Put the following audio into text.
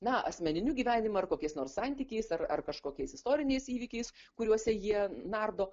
na asmeniniu gyvenimu ar kokiais nors santykiais ar ar kažkokiais istoriniais įvykiais kuriuose jie nardo